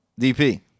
dp